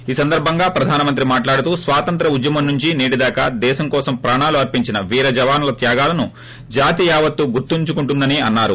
ఈ సందర్భంగా ప్రధాన మంత్రి మాట్లాడుతూ స్వాతంత్య ఉద్యమం నుంచి సేటిదాకా దేశం కోసం ప్రాణాలు అర్పించిన వీర జనవానుల త్యాగాలను జాతి యావత్తు గుర్తుంచుకుంటుందని అన్నారు